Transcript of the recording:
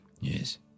Yes